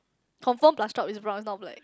confirm plus chop is brown is not black